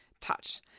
touch